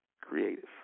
creative